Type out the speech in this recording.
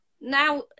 now